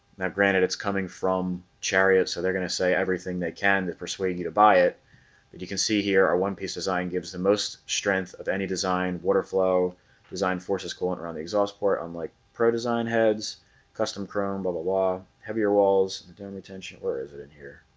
now granted it's coming from chariots. so they're gonna say everything they can to persuade you to buy it but you can see here our one-piece design gives the most strength of any design water flow design forces cooling around the exhaust port unlike pro design heads custom chrome bubble wah ah heavier walls and and only tension. where is it in here?